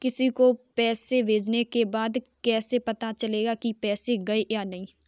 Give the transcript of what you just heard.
किसी को पैसे भेजने के बाद कैसे पता चलेगा कि पैसे गए या नहीं?